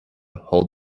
hold